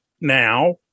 now